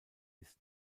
ist